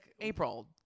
April